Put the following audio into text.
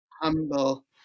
humble